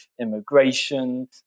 immigration